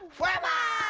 wubba,